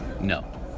No